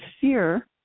fear